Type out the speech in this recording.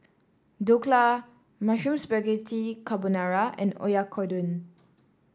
Dhokla Mushroom Spaghetti Carbonara and Oyakodon